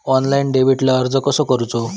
Online डेबिटला अर्ज कसो करूचो?